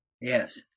Yes